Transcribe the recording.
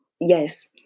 yes